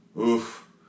Oof